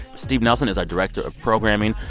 steve nelson is our director of programming.